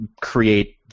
create